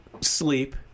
sleep